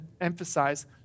emphasize